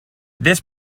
this